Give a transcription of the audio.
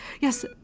yes